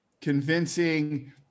convincing